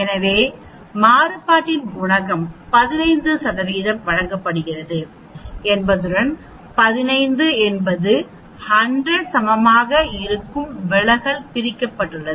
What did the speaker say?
எனவே மாறுபாட்டின் குணகம் 15 வழங்கப்படுகிறது என்பதுடன் 15 என்பது 100 சமமாக இருக்கும் விலகல் பிரிக்கப்பட்டுள்ளது